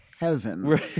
Heaven